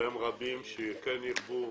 והם רבים כן ירבו,